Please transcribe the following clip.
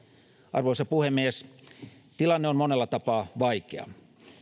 arvoisa puhemies tilanne on monella tapaa vaikea